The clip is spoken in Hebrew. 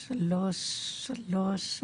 בערך חודשיים